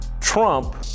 Trump